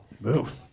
Move